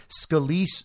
Scalise